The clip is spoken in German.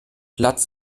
platz